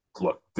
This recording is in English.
look